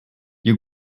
you